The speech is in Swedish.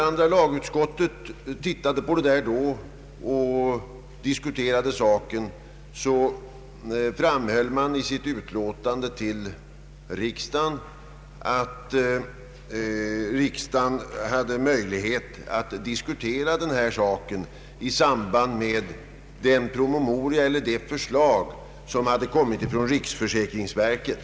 Andra lagutskottet framhöll i sitt utlåtande, att riksdagen hade möjlighet att diskutera frågan i samband med behandlingen av det förslag som hade framlagts av riksförsäkringsverket.